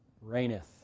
reigneth